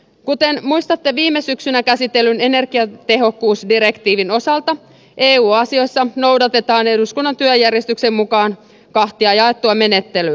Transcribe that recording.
kuten muistatte viime syksynä käsitellyn energiatehokkuusdirektiivin osalta eu asioissa noudatetaan eduskunnan työjärjestyksen mukaan kahtia jaettua menettelyä